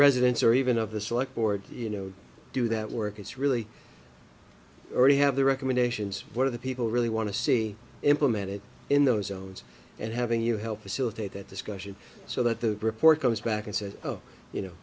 residents or even of the select board you know do that work it's really already have the recommendations what are the people really want to see implemented in those zones and having you help facilitate that discussion so that the report comes back and said oh you know